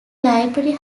library